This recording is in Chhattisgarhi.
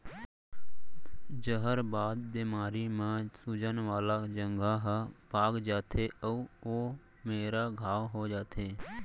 जहरबाद बेमारी म सूजन वाला जघा ह पाक जाथे अउ ओ मेरा घांव हो जाथे